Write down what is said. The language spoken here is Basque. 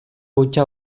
hutsa